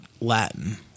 Latin